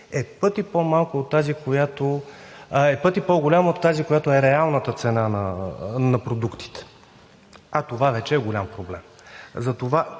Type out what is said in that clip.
е пъти по-голяма от тази, която е реалната цена на продуктите, а това вече е голям проблем.